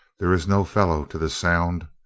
there is no fellow to the sound.